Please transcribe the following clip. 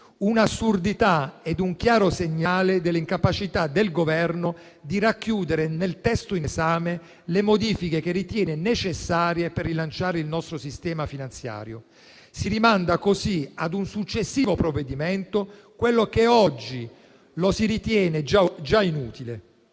un'assurdità e un chiaro segnale dell'incapacità del Governo di racchiudere nel testo in esame le modifiche che ritiene necessarie per rilanciare il nostro sistema finanziario. Si rimanda così a un successivo provvedimento quello che oggi si ritiene già inutile.